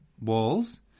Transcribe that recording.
walls